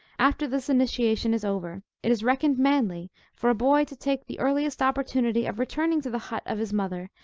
after this initiation is over it is reckoned manly for a boy to take the earliest opportunity of returning to the hut of his mother,